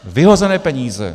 Vyhozené peníze.